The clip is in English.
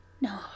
No